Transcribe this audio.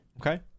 Okay